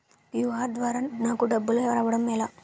QR ద్వారా నాకు డబ్బులు రావడం ఎలా?